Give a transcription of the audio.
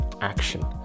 action